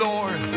Lord